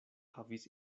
havis